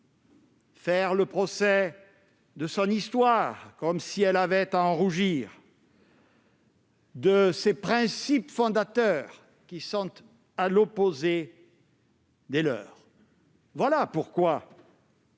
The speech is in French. faire le procès de son histoire, comme si elle avait à en rougir, et de ses principes fondateurs, qui sont à l'opposé des leurs. Voilà pourquoi